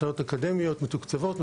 מכללות אקדמיות מתוקצבות,